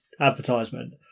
advertisement